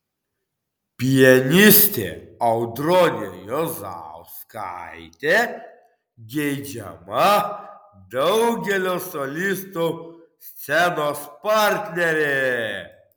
pianistė audronė juozauskaitė geidžiama daugelio solistų scenos partnerė